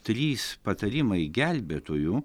trys patarimai gelbėtojų